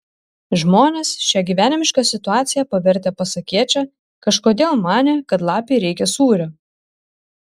žmonės šią gyvenimišką situaciją pavertę pasakėčia kažkodėl manė kad lapei reikia sūrio